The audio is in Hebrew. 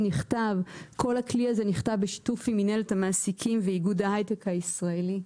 כל הכלי הזה נכתב בשיתוף עם מינהלת המעסיקים ואיגוד ההייטק הישראלי.